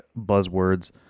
buzzwords